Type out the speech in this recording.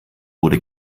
wurde